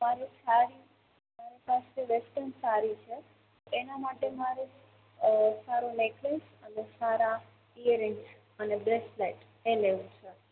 મારે સાડી મારી પાસે વેસ્ટન સાડી છે એના માટે મારે સારો નેકલેસ અને સારા ઇયરિંગ અને બ્રેસલેટ એ લેવું છે